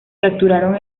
capturaron